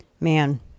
Man